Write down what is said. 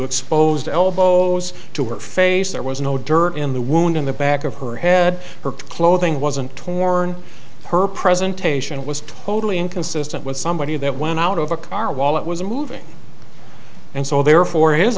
exposed elbows to her face there was no dirt in the wound in the back of her head her clothing wasn't torn her presentation was totally inconsistent with somebody that went out of a car while it was moving and so therefore his